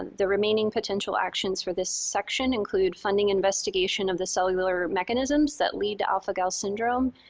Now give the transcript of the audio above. and the remaining potential actions for this section include funding investigation of the cellular mechanisms that lead to alpha-gal syndrome,